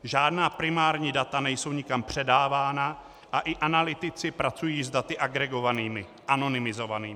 Žádná primární data nejsou nikam předávána a i analytici pracují s daty agregovanými, anonymizovanými.